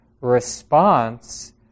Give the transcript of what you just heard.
response